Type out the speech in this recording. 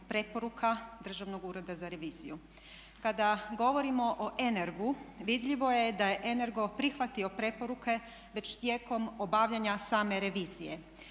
preporuka Državnog ureda za reviziju. Kada govorimo o Energu vidljivo je da je Energo prihvatio preporuke već tijekom obavljanja same revizije,